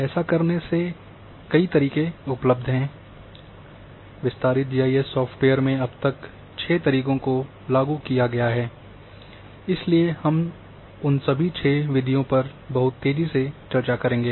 ऐसा करने के कई तरीके उपलब्ध हैं विस्तृत G I S software GIS software में अब तक 6 तरीकों को लागू किया गया है इसलिए हम उन सभी 6 विधियों पर बहुत तेज़ी से चर्चा करेंगे